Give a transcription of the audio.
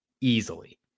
easily